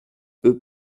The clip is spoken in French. peux